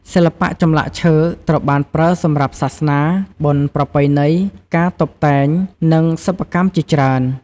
សិល្បៈចម្លាក់ឈើត្រូវបានប្រើសម្រាប់សាសនា បុណ្យប្រពៃណី ការតុបតែង និងសិប្បកម្មជាច្រើន។